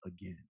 again